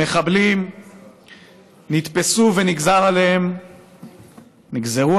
המחבלים נתפסו ונגזרו